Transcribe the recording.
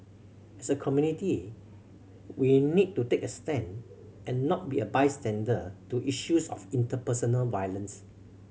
as a community we need to take a stand and not be a bystander to issues of interpersonal violence